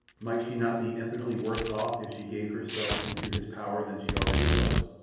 might she not be infinitely worse off if she gave herself into his power than she already was?